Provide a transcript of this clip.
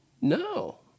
No